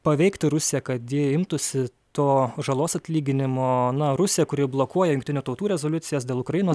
paveikti rusiją kad ji imtųsi to žalos atlyginimo na rusija kuri blokuoja jungtinių tautų rezoliucijas dėl ukrainos